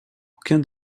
aucun